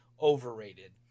overrated